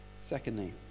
secondly